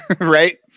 right